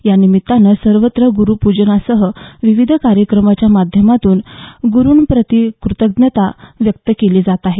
या निमित्तानं सर्वत्र ग्रुपूजनासह विविध कार्यक्रमांच्या माध्यमातून गुरूंप्रति कृतज्ञता व्यक्त केली जात आहे